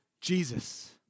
Jesus